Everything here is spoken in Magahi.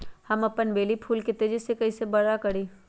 हम अपन बेली फुल के तेज़ी से बरा कईसे करी?